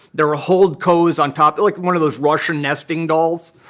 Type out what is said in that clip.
there were hold cos on top, like one of those russian nesting dolls.